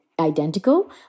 identical